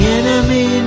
enemy